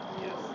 Yes